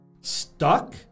Stuck